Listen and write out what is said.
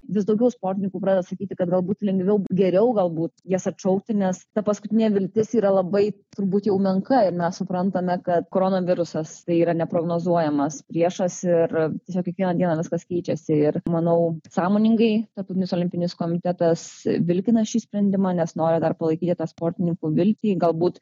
vis daugiau sportininkų pradeda sakyti kad galbūt lengviau geriau galbūt jas atšaukti nes ta paskutinė viltis yra labai turbūt jau menka ir mes suprantame kad koronavirusas tai yra neprognozuojamas priešas ir tiesiog kiekvieną dieną viskas keičiasi ir manau sąmoningai tarptautinis olimpinis komitetas vilkina šį sprendimą nes nori dar palaikyti tą sportininkų viltį galbūt